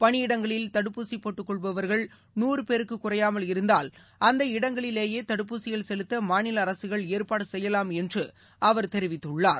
பணியிடங்களில் தடுப்பூசி போட்டுக்கொள்பவர்கள் நூறு பேருக்கு குறையாமல் இருந்தால் அந்த இடங்களிலேயே தடுப்பூசிகள் செலுத்த மாநில அரசுகள் ஏற்பாடு செய்யலாம் என்று அவர் தெரிவித்துள்ளார்